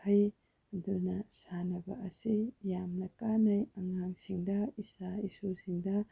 ꯐꯩ ꯑꯗꯨꯅ ꯁꯥꯟꯅꯕ ꯑꯁꯤ ꯌꯥꯝꯅ ꯀꯥꯟꯅꯩ ꯑꯉꯥꯡꯁꯤꯡꯗ ꯏꯆꯥ ꯏꯁꯨꯁꯤꯡꯗ